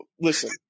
listen